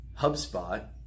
HubSpot